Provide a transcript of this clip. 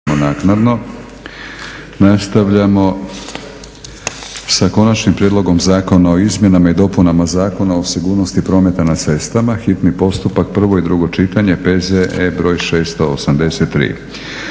(HNS)** Nastavljamo sa: - Konačni prijedlog Zakona o izmjenama i dopunama Zakona o sigurnosti prometa na cestama, hitni postupak, prvo i drugo čitanje, P.Z.E. br. 683;